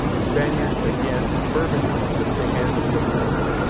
the spaniard again fervently took the hand of the american,